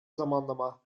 zamanlama